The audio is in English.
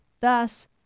thus